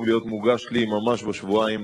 זה כבר קרה לפני למעלה מחצי שנה,